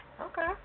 Okay